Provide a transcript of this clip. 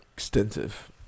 extensive